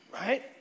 right